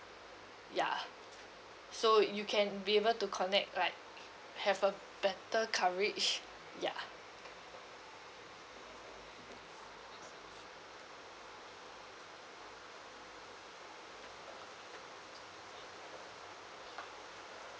ya so you can be able to connect like have a better coverage ya